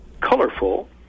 colorful